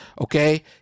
Okay